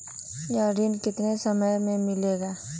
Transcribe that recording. यह ऋण कितने समय मे मिलेगा?